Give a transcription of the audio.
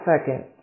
second